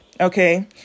Okay